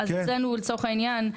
אז באילת לצורך העניין,